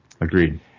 Agreed